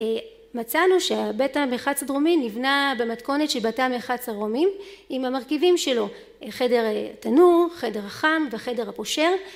מצאנו שבית המרחץ הדרומי נבנה במתכונת של בתי המרחץ הרומים עם המרכיבים שלו, חדר תנור, חדר החם וחדר הפושר